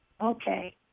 Okay